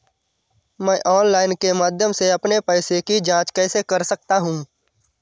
मैं ऑनलाइन के माध्यम से अपने पैसे की जाँच कैसे कर सकता हूँ?